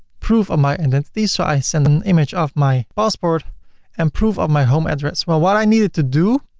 proof of my identity, so i send an image of my passport and proof of my home address. well what i needed to do,